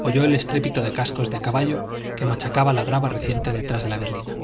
oyó el estrépito de cascos de caballo que machacaba la grava reciente detrás de la berlina